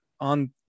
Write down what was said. on